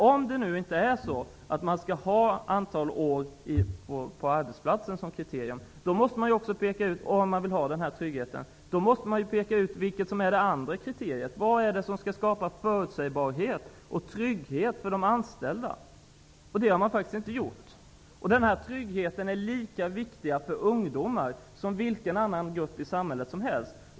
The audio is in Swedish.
Om man inte skall ha antal år på arbetsplatsen som kriterium och om man vill ha den här tryggheten, måste man kunna ange det andra kriteriet. Vad är det som skall skapa förutsägbarhet och trygghet för de anställda? Det har man faktiskt inte angett. Denna trygghet är lika viktig för ungdomar som för vilken annan grupp i samhället som helst.